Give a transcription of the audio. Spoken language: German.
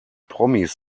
promis